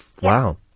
Wow